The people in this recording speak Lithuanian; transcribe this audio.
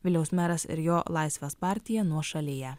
vilniaus meras ir jo laisvės partija nuošalėje